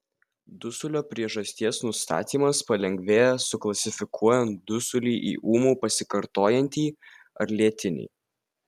dusulio priežasties nustatymas palengvėja suklasifikuojant dusulį į ūmų pasikartojantį ar lėtinį